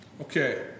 Okay